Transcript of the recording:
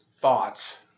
thoughts